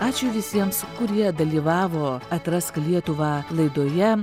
ačiū visiems kurie dalyvavo atrask lietuvą laidoje